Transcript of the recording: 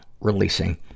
releasing